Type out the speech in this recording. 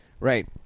Right